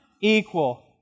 equal